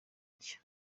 nshya